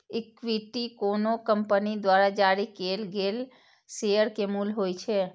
equity कोनो company द्वारा जारी कैल गेल शेयर के मूल्य होइ छै